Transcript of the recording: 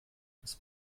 des